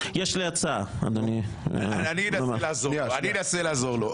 אני אנסה לעזור לו.